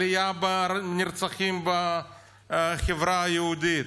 עלייה בנרצחים בחברה היהודית.